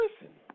listen